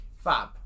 Fab